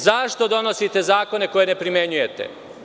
Zašto donosite zakone koje ne primenjujete?